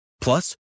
Plus